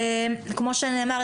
כמו שנאמר,